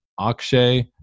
Akshay